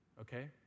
Okay